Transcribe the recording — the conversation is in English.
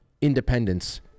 independence